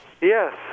Yes